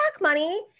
money